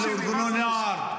לארגוני נוער,